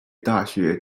大学